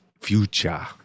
future